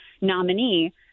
nominee –